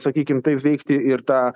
sakykim taip veikti ir tą